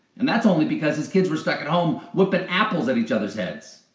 and that's only because his kids were stuck at home whipping apples at each others' heads.